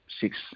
six